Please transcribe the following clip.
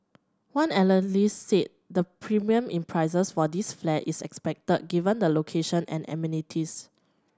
one analyst said the premium in prices for these flats is expected given the location and amenities